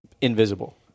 invisible